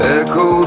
echo